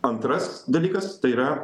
antras dalykas tai yra